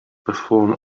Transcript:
perform